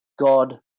God